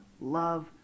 love